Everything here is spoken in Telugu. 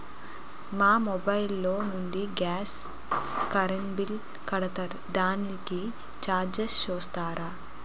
మా మొబైల్ లో నుండి గాస్, కరెన్ బిల్ కడతారు దానికి చార్జెస్ చూస్తారా?